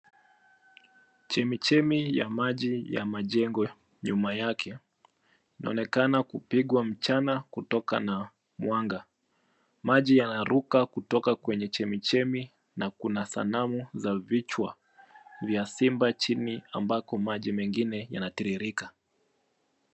Chemichemi ya maji ya majengo nyuma yake, inaonekana kupigiwa mchana kutokana na mwanga. Maji yanaruka kutoka kwenye chemichemi na kuna sanamu za vichwa vya simba chini ambako maji mengine yanatiririka.